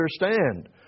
understand